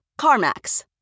CarMax